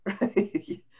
Right